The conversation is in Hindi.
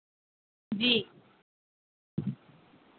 जी